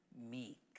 meek